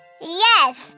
Yes